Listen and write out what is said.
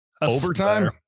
Overtime